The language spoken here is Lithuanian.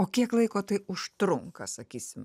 o kiek laiko tai užtrunka sakysim